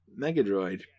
Megadroid